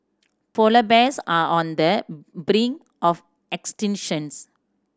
polar bears are on the brink of extinctions